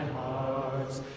heart's